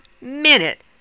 minute